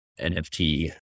NFT